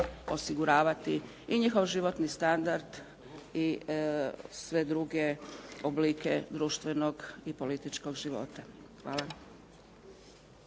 osiguravati i njihov životni standard i sve druge oblike društvenog i političkog života. Hvala.